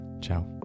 Ciao